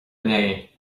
inné